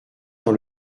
dans